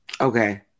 Okay